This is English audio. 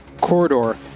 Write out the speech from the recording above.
corridor